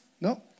No